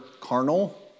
carnal